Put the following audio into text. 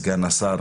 סגן השר